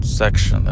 section